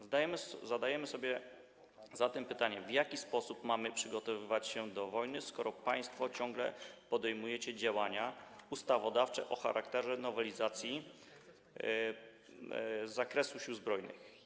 Zadajemy sobie zatem pytanie, w jaki sposób mamy przygotowywać się do wojny, skoro państwo ciągle podejmujecie działania ustawodawcze o charakterze nowelizacji z zakresu Sił Zbrojnych.